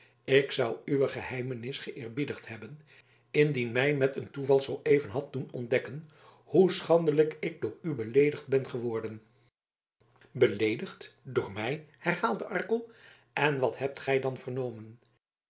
ik zou uwe geheimenis geëerbiedigd hebben indien mij met een toeval zooeven had doen ontdekken hoe schandelijk ik door u beleedigd ben geworden beleedigd door mij herhaalde arkel en wat hebt gij dan vernomen